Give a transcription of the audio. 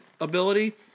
ability